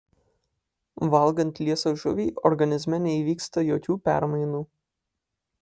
valgant liesą žuvį organizme neįvyksta jokių permainų